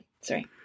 sorry